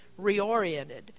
reoriented